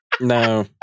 No